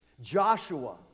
Joshua